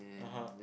(uh huh)